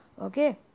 Okay